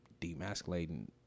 demasculating